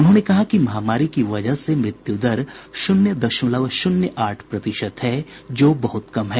उन्होंने कहा कि महामारी की वजह से मृत्यु दर शून्य दशमलव शून्य आठ प्रतिशत है जो बहुत कम है